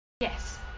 Yes